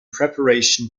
preparation